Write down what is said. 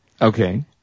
Okay